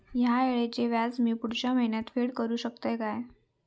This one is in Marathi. हया वेळीचे व्याज मी पुढच्या महिन्यात फेड करू शकतय काय?